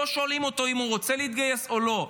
לא שואלים אותו אם הוא רוצה להתגייס או לא.